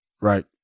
right